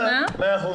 מאה אחוז.